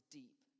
deep